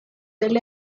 del